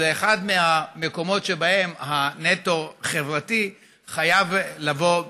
אז אחד המקומות שבהם הנטו-חברתי חייב לבוא,